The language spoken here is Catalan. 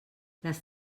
les